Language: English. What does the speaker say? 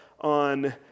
on